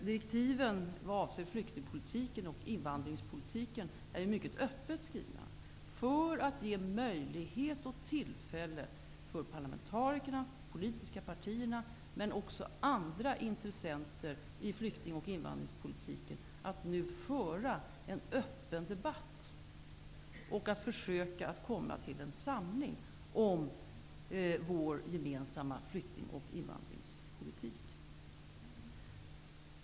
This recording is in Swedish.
Direktiven vad avser flyktingpolitiken och invandringspolitiken är mycket öppet skrivna för att ge möjlighet och tillfälle för parlamenterikerna och för de politiska partierna, men också för andra intressenter i flykting och invandringspolitiken, att nu föra en öppen debatt och att försöka komma till en samling om vår gemensamma flykting och invandringspolitik.